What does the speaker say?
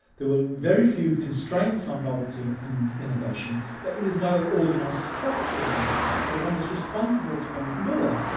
there were very few constraints on novelty and innovation but there was no organised structure of any kind, so one was responsible to one's mullah,